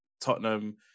Tottenham